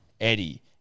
Eddie